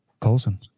Colson